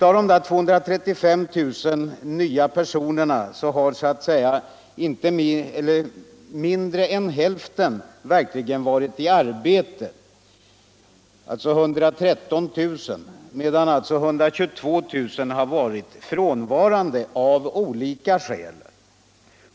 Av de 235 000 nysysselsatta personerna har mindre än hälften, 113 000, verkligen varit i arbete, medan 122 000 varit frånvarande av olika skäl.